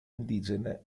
indigene